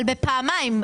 אבל בפעמיים,